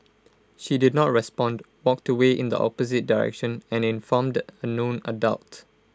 she did not respond walked away in the opposite direction and informed A known adult